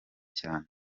cyane